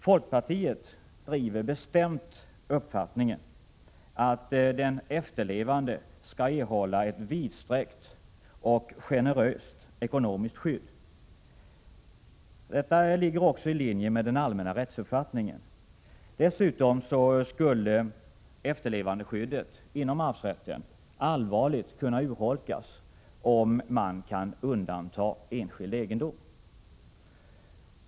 Folkpartiet driver bestämt uppfattningen att den efterlevande skall erhålla ett vidsträckt och generöst ekonomiskt skydd. Detta ligger också i linje med den allmänna rättsuppfattningen. Dessutom skulle efterlevandeskyddet inom arvsrätten allvarligt kunna urholkas om man kan undanta enskild egendom.